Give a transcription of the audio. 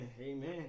amen